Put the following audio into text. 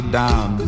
down